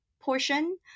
portion